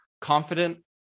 confident